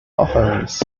offerings